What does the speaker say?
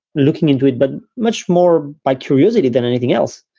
looking into it, but much more by curiosity than anything else.